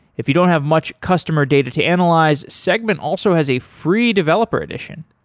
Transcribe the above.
if you don't have much customer data to analyze, segment also has a free developer edition.